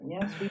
Yes